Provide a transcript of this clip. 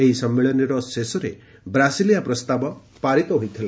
ଏହି ସମ୍ମିଳନୀର ଶେଷରେ ବ୍ରାସିଲିଆ ପ୍ରସ୍ତାବ ପାରିତ ହୋଇଥିଲା